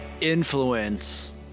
influence